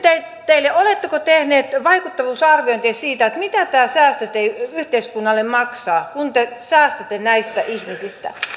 teiltä oletteko tehneet vaikuttavuusarviointia siitä mitä nämä säästöt yhteiskunnalle maksavat kun te säästätte näistä ihmisistä